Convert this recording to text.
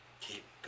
Keep